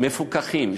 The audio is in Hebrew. מפוקחים,